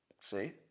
See